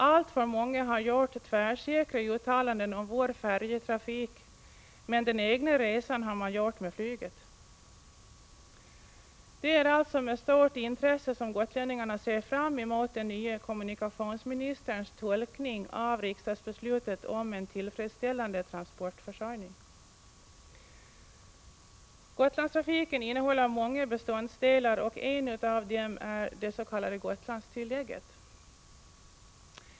Alltför många har gjort tvärsäkra uttalanden om vår färjetrafik, men den egna resan har de gjort med flyget. Det är alltså med stort intresse som gotlänningarna ser fram mot den nye kommunikationsministerns tolkning av riksdagsbeslutet om en tillfredsställande transportförsörjning. Gotlandstrafiken innehåller många beståndsdelar, och en av dem är det s.k. Gotlandstillägget.